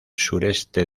sureste